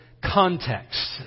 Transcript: context